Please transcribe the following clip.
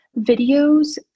videos